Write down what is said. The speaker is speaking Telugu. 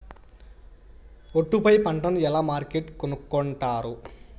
ఒట్టు పై పంటను ఎలా మార్కెట్ కొనుక్కొంటారు?